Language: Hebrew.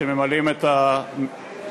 שממלאים את המליאה.